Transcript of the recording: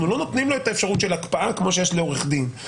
אנחנו לא נותנים לו אפשרות של הקפאה כמו שיש לעורך דין.